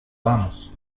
vamos